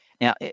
Now